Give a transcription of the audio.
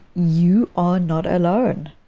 you are not alone.